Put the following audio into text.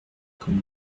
comme